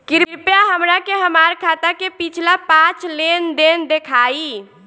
कृपया हमरा के हमार खाता के पिछला पांच लेनदेन देखाईं